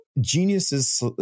geniuses